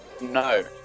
No